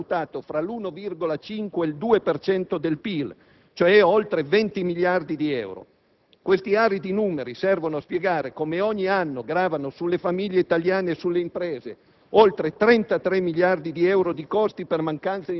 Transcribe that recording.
la mancanza di infrastrutture per le imprese italiane è valutata fra l'1,5 e il 2 per cento del PIL, cioè oltre 20 miliardi di euro. Questi aridi numeri servono a spiegare come ogni anno gravino sulle famiglie italiane e sulle imprese